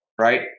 right